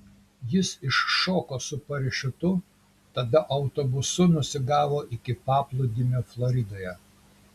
jis iššoko su parašiutu tada autobusu nusigavo iki paplūdimio floridoje